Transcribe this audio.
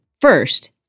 first